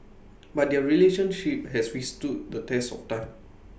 but their relationship has withstood the test of time